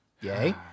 Yay